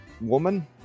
woman